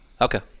Okay